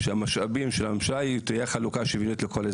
שבמשאבים של הממשלה תהיה חלוקה שוויונית לכל אזרחיה,